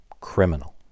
criminal